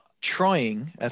trying